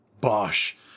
Bosh